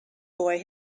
boy